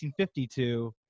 1952